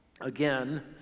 Again